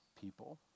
people